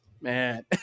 man